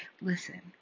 Listen